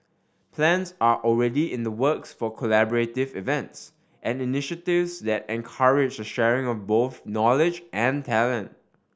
plans are already in the works for collaborative events and initiatives that encourage the sharing of both knowledge and talent